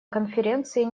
конференции